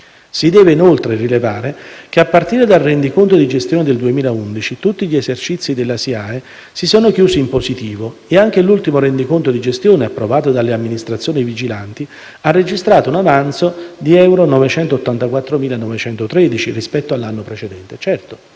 Si deve, inoltre, rilevare che a partire dal rendiconto di gestione del 2011 tutti gli esercizi della SIAE si sono chiusi in positivo e anche l'ultimo rendiconto di gestione approvato dalle amministrazioni vigilanti ha registrato un avanzo di 984.913 euro rispetto all'anno precedente.